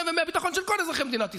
ומהביטחון של כל אזרחי מדינת ישראל.